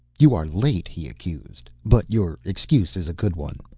you are late, he accused. but your excuse is a good one.